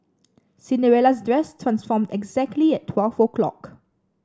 Cinderella's dress transformed exactly at twelve o'clock